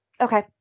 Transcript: Okay